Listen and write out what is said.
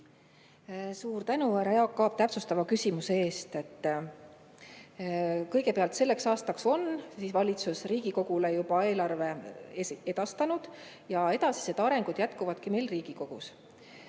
Suur tänu, härra Jaak Aab, täpsustava küsimuse eest! Kõigepealt on selleks aastaks valitsus Riigikogule juba eelarve edastanud ja edasine areng jätkub meil Riigikogus.